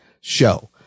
show